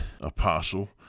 apostle